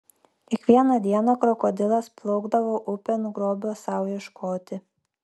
kiekvieną dieną krokodilas plaukdavo upėn grobio sau ieškoti